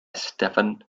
stephen